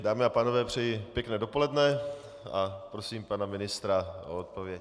Dámy a pánové, přeji pěkné dopoledne a prosím pana ministra o odpověď.